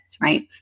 right